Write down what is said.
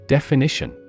Definition